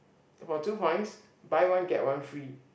for two points buy one get one free